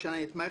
נתמכת,